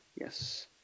Yes